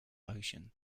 ocean